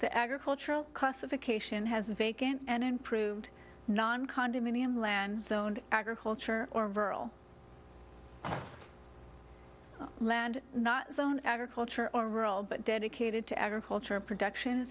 the agricultural classification has vacant and improved non condominium land zoned agriculture or rural land zone agriculture or rural but dedicated to agriculture production